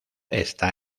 está